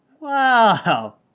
Wow